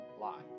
lie